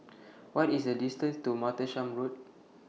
What IS The distance to Martlesham Road